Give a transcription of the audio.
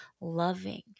loving